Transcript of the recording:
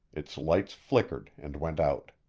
its lights flickered and went out.